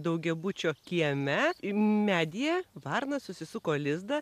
daugiabučio kieme medyje varna susisuko lizdą